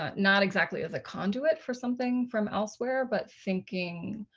ah not exactly as a conduit for something from elsewhere, but thinking